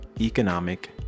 economic